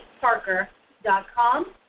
Parker.com